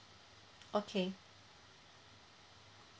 okay